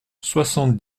soixante